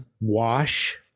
wash